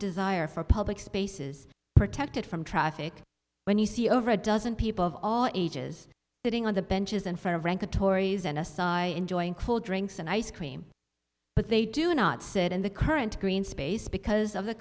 desire for public spaces protected from traffic when you see over a dozen people of all ages sitting on the benches and for a rank of tory's an aside i enjoy cold drinks and ice cream but they do not sit in the current green space because of the